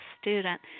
student